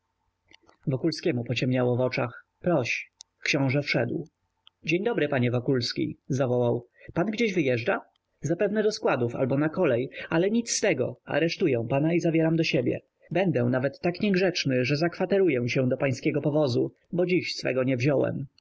książe zameldował służący wokulskiemu pociemniało w oczach proś książe wszedł dzień dobry panie wokulski zawołał pan gdzieś wyjeżdża zapewne do składów albo na kolej ale nic z tego aresztuję pana i zabieram do siebie będę nawet tak niegrzeczny że zakwateruję się do pańskiego powozu bo dziś swego nie wziąłem